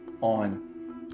on